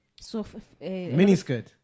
miniskirt